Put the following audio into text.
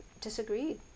disagreed